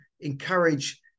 encourage